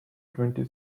twenty